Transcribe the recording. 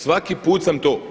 Svaki put sam to.